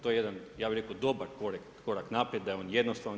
To je jedan ja bih rekao dobar korak naprijed da je on jednostavan.